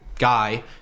Guy